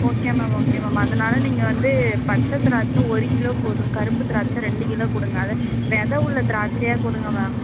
okay ma'am okay ma'am அதனால் நீங்கள் வந்து பச்சை திராட்சை ஒரு கிலோ போதும் கருப்பு திராட்சை ரெண்டு கிலோ கொடுங்க அது விதை உள்ள திராட்சையாக கொடுங்க மேம்